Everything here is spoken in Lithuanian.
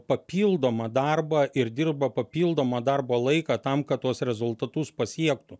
papildomą darbą ir dirba papildomą darbo laiką tam kad tuos rezultatus pasiektų